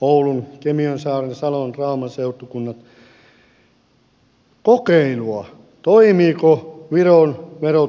oulun kemiönsaaren salon rauman seutukunnat kokeilua toimiiko viron verotusmalli siellä